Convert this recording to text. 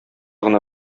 гына